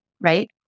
right